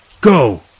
go